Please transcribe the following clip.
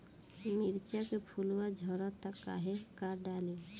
मिरचा के फुलवा झड़ता काहे का डाली?